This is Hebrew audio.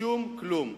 שום כלום.